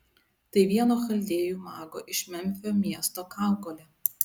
tai vieno chaldėjų mago iš memfio miesto kaukolė